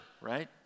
right